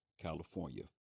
California